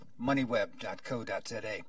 moneyweb.co.za